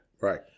Right